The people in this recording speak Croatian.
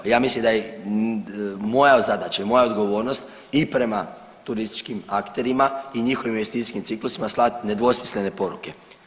Ja mislim da je i moja zadaća i moja odgovornost i prema turističkim akterima i njihovim investicijskim ciklusima slati nedvosmislene poruke.